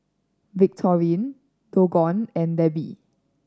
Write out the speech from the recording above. Victorine Dijon and Debi